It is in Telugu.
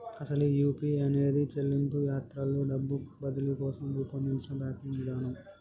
అసలు ఈ యూ.పీ.ఐ అనేది చెల్లింపు యాత్రలో డబ్బు బదిలీ కోసం రూపొందించిన బ్యాంకింగ్ విధానం